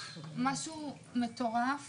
משהו מטורף